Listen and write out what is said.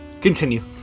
Continue